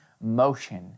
motion